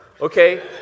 Okay